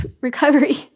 recovery